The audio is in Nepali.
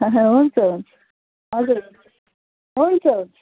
हुन्छ हुन्छ हजुर हुन्छ हुन्छ